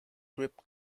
grip